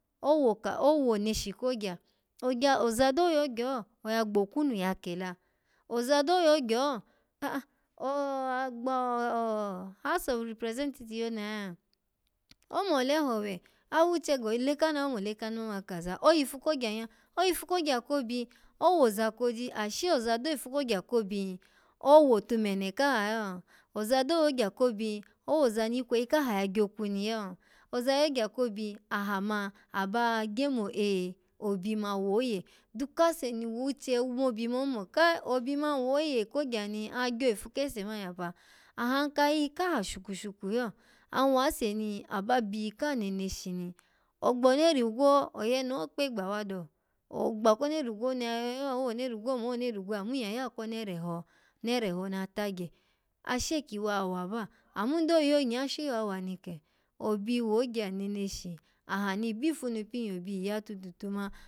Owoneshi ogya ogya-oza do yogya ho, oya gbokwunu ya kel oza do yogya ho, a'a o-agbo-o- house of representative yona yo? Omole howe. Awuche gole kano? Amole kanu man kaza iyifu kogya nya? Oyifu kogya ko obi owoza koji? Ashe oza do yifu kogya ko obi, owotumene kaha yo? Oza do yogya ko obi owoza ni ikweyi ya gyokwu ni yo? Oza yogya ko obi aha ma aba gye mo eh! Obi ma woye duk kase ni wuche omo obi man omo kai! Obi man woye kogya ni agyo ifu kese man ya pa ahanka yiyikaha shuku shuku lo an wase ni aba byiyika neneshi ni ogyo onera gwo oyene ho kpegba wa do, ogba ko onera igwo oni ya yo lo, owoneri igwo. omo owonera igwo yo amma nyya ya ko onera eho naira eho na tagye, ashe kyi wa wa ba amma ndo yo nye ashe kyi wa wa ni ke? Obi wogya neneshi, aha ni bifu hun ni pin yo obi yi ya tututu ma.